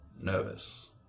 nervous